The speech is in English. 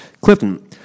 Clifton